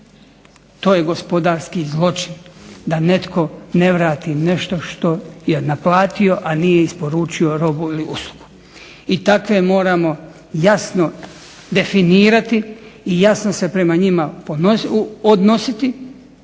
to je gospodarski zločin da netko ne vrati nešto što je naplatio, a nije isporučio robu ili uslugu. I takve moramo jasno definirati i jasno se prema njima odnositi